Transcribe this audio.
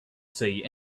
say